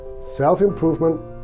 self-improvement